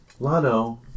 Lano